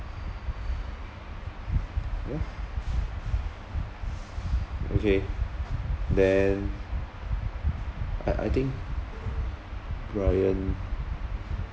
yeah okay then I I think brian